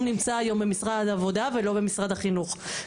נמצא היום במשרד עבודה ולא במשרד החינוך,